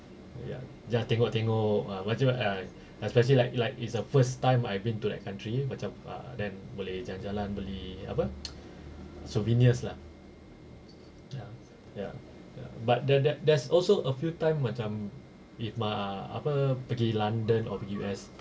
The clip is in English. ya just tengok-tengok ah macam ah especially like like it's the first time I've been to that country lah then macam boleh jalan-jalan beli apa souvenirs lah ya ya ya but there there there's also a few time macam with mah apa pergi london or pergi U_S